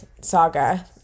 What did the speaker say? saga